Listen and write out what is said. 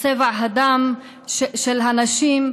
כצבע הדם של הנשים,